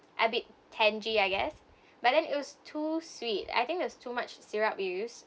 a bit tangy I guess but then it was too sweet I think there's too much syrup used